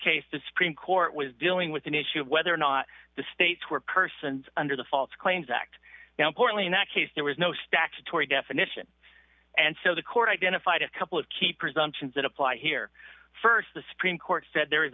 case the supreme court was dealing with an issue of whether or not the states were persons under the false claims act now importantly in that case there was no statutory definition and so the court identified a couple of key presumptions that apply here st the supreme court said there is